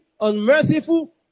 unmerciful